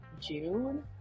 June